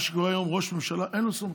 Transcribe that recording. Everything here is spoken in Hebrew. מה שקורה היום, ראש הממשלה, אין לו סמכויות,